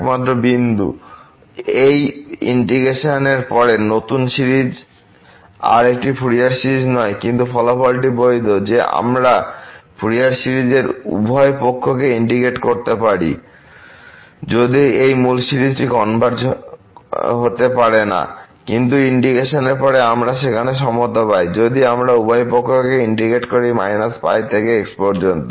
একমাত্র বিন্দু এই ইন্টিগ্রেশন এর পরে নতুন সিরিজ আর একটি ফুরিয়ার সিরিজ নয় কিন্তু ফলাফলটি বৈধ যে আমরা ফুরিয়ার সিরিজের উভয় পক্ষকে ইন্টিগ্রেট করতে পারি যদিও এই মূল সিরিজটি কনভারজ হতে পারে না কিন্তু ইন্টিগ্রেশনের পরে আমরা সেখানে সমতা পাই যদি আমরা উভয় পক্ষকে ইন্টিগ্রেট করি π থেকে x পর্যন্ত